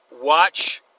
watch